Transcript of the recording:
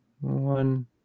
One